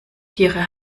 tiere